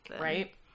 Right